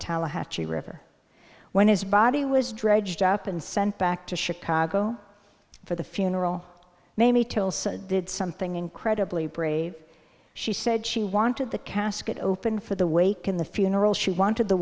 tallahatchie river when his body was dredged up and sent back to chicago for the funeral mamie till so did something incredibly brave she said she wanted the casket open for the wake in the funeral she wanted the